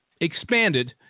expanded